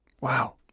Wow